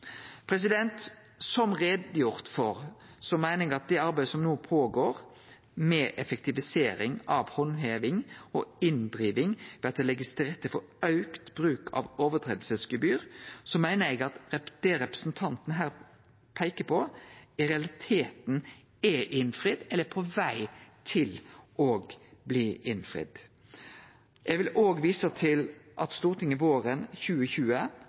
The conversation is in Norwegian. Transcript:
Som eg har gjort greie for, meiner eg at det arbeidet som no går føre seg med effektivisering av handheving og inndriving ved at det blir lagt til rette for auka bruk av brotsgebyr, gjer at det representanten her peiker på, i realiteten er innfridd, eller er på veg til å bli innfridd. Eg vil òg vise til at Stortinget våren 2020